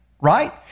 Right